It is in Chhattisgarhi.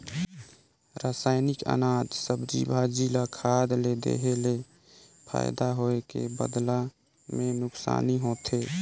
रसइनिक अनाज, सब्जी, भाजी ल खाद ले देहे ले फायदा होए के बदला मे नूकसानी होथे